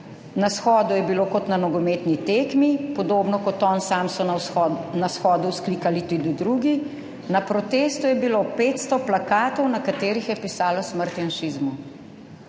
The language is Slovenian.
na shodu je bilo kot na nogometni tekmi, podobno kot on sam so na shodu vzklikali tudi drugi, na protestu je bilo 500 plakatov, na katerih je pisalo »Smrt janšizmu«.